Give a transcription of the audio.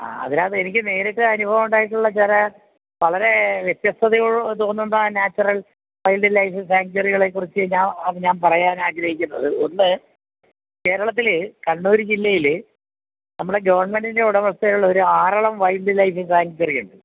ആ അതിനകത്ത് എനിക്ക് നേരിട്ട് അനുഭവമുണ്ടായിട്ടുള്ള ചില വളരേ വ്യത്യസ്തതയോ തോന്നുന്ന നാച്ചൊറൽ വൈൽഡ് ലൈഫ് സാഞ്ച്വറികളെ കുറിച്ച് ഞാൻ പറയാൻ ആഗ്രഹിക്കുന്നത് ഒന്ന് കേരളത്തിൽ കണ്ണൂർ ജില്ലയിൽ നമ്മളെ ഗവൺമെൻ്റിൻ്റെ ഉടമസ്ഥയിലുള്ള ഒരു ആറളം വൈൽഡ് ലൈഫ് സാങ്ച്വറിയുണ്ട്